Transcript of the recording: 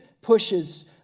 pushes